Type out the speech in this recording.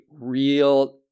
real